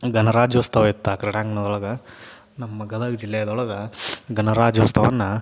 ಗಣರಾಜ್ಯೋತ್ಸವ ಇತ್ತು ಆ ಕ್ರೀಡಾಂಗಣ್ದೊಳಗೆ ನಮ್ಮ ಗದಗ ಜಿಲ್ಲೆದೊಳಗೆ ಗಣರಾಜ್ಯೋತ್ಸವನ್ನ